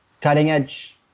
cutting-edge